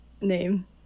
name